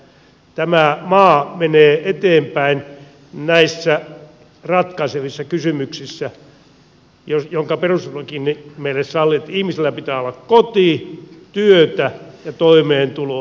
tämä maa menee eteenpäin näissä ratkaisevissa kysymyksissä jotka perustuslakimme meille sallii että ihmisillä pitää olla koti työtä ja toimeentuloa